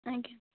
ଆଜ୍ଞା